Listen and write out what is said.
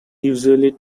usually